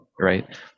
right